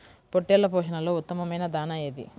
పొట్టెళ్ల పోషణలో ఉత్తమమైన దాణా ఏది?